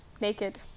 naked